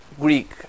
Greek